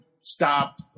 stop